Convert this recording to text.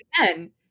again